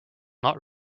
not